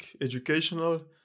educational